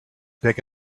pick